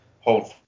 hold